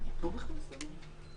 אני אחות של דקלה גדליה ז"ל.